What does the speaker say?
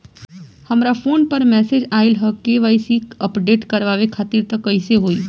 हमरा फोन पर मैसेज आइलह के.वाइ.सी अपडेट करवावे खातिर त कइसे होई?